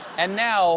and now